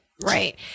right